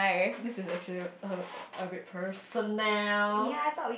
this is actually a a bit personal